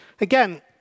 again